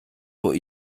vor